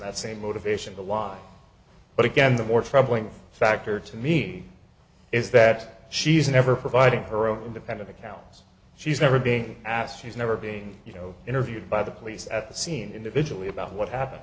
that's a motivation to lie but again the more troubling factor to me is that she's never provided her own independent accounts she's never been asked she's never been you know interviewed by the police at the scene individually about what happened